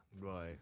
right